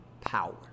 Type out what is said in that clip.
power